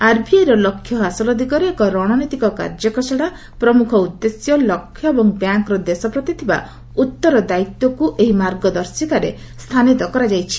ଆର୍ବିଆଇର ଲକ୍ଷ୍ୟ ହାସଲ ଦିଗରେ ଏକ ରଣନୀତିକ କାର୍ଯ୍ୟଖସଡ଼ା ପ୍ରମୁଖ ଉଦ୍ଦେଶ୍ୟ ଲକ୍ଷ୍ୟ ଏବଂ ବ୍ୟାଙ୍କର ଦେଶ ପ୍ରତି ଥିବା ଉତ୍ତରଦାୟିତ୍ୱକୁ ଏହି ଭିଜନ ଷ୍ଟେଟ୍ମେଣ୍ଟ୍ରେ ସ୍ଥାନୀତ କରାଯାଇଛି